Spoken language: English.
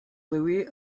louie